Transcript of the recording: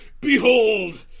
behold